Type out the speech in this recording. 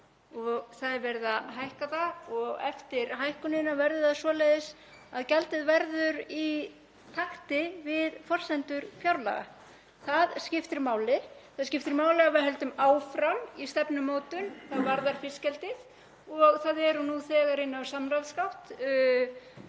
á fiskeldisfyrirtæki og eftir hækkunina verður það svoleiðis að gjaldið verður í takti við forsendur fjárlaga. Það skiptir máli. Það skiptir máli að við höldum áfram í stefnumótun hvað varðar fiskeldið. Það eru nú þegar inni í samráðsgátt